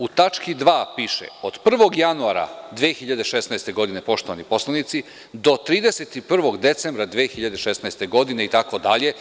U tački 2) piše – od 1. januara 2016. godine, poštovani poslanici, do 31. decembra 2016. godine itd.